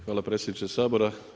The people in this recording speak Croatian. Hvala predsjedniče Sabora.